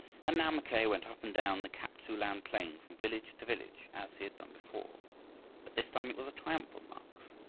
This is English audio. and now mackay went up and down the kap-tsu-lan plain from village to village as he had done before, but this time it was a triumphal march.